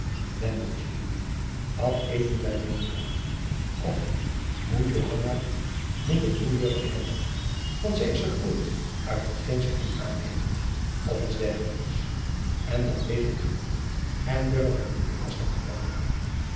wendeltjen lief wat eten wy van middag of moet johanna niet een nieuw jurkjen hebben want zy is gegroeid uit hetgeen zy nu aan heeft of iets dergelijks en dan weet ik genoeg en durf hem niet meer lastig vallen